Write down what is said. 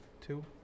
two